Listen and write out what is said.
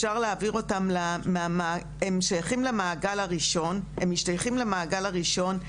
הם משתייכים למעגל הראשון.